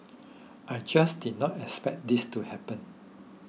I just did not expect this to happen